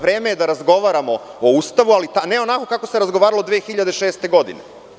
Vreme je da razgovaramo o Ustavu, ali ne onako kako se razgovaralo 2006. godine.